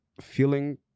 feeling